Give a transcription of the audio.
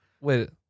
Wait